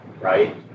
right